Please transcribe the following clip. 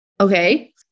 Okay